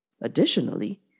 Additionally